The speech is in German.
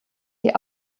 die